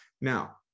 Now